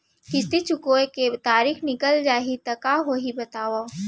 किस्ती चुकोय के तारीक निकल जाही त का होही बताव?